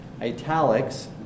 italics